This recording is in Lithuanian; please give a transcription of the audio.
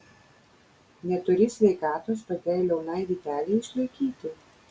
neturi sveikatos tokiai liaunai vytelei išlaikyti